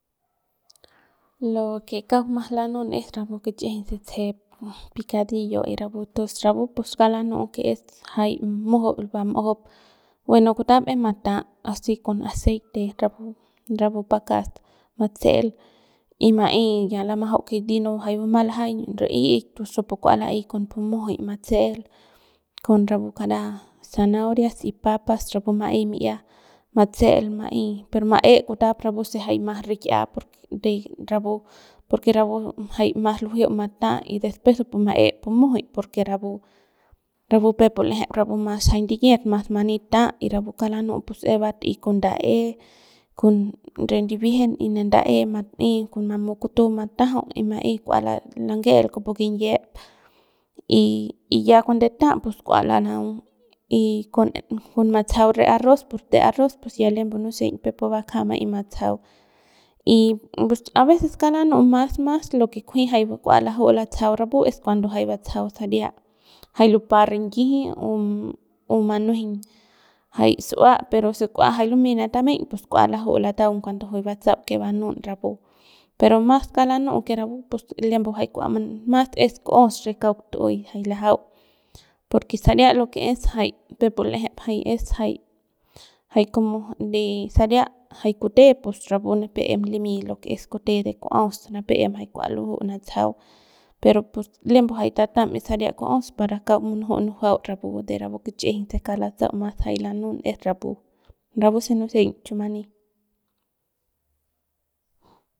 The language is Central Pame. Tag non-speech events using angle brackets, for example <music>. <noise> lo que kauk mas lanu'un es pu kichꞌijiñ se tsejep picadillo rapu tos rapu pus kauk lanu'u que es jay mujuy bam'ujup bueno kutap es mata'a a si con aceite <noise> rapu rapu pakas matse'el y ma'ey ya lamajau dino jay bumang lajaiñ ri'ik tons rapu kua la'ey con pu mujuy matse'el y con ra pu kara zanahorias y papas rapu ma'ey mi'ia matse'el maiñ per kutap ma'e rapu se jay mas rik'ia porque de rapu jay mas lujueu mata'a y después kupu ma'e pu mujuy porque rapu rapu peuk pu l'eje rapu mas jay ndikiet mas mani ta'a y rapu kauk lanu'u pus es bat'ey con ndae con ne ndibiejen y con re ndae ma'ey con mamu kutu matajau y ma'ey kua langel kupu kinyiep y y ya cuando ta'a pus kua lanaung y con matsajau re arroz pus re arroz ya lembu nuse'eik peuk pu bakja ma'ey matsajau y pus a veces kauk lanu'u mas mas lo que kunji kua laju'u latsajau rapu es cuando jay batsajau saria jay lupa rinyiji <noise> o o manuejeiñ jay su'ua pero si kua lumey re tameiñ pus kua laju'u lataung cuando juy batsau que banun rapu pero mas kauk lanu'u que rapu lembu kua mas es ku'os que kauk tu'uey jay lajau porque saria que es jay peuk pu l'eje jay es jay jay como de saria jay kute pus rapu nipep em limy lo que es kute de ku'os nipep jay em kua luju natsajau pero pus lembu jay tatam y sari kuos para kauk munuju'u nujuau rapu de rapu kichꞌijiñ se kauk se kauk latsa'au mas jay lanu'un rapu rapu se nuseiñ chu mani.